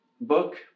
book